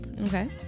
Okay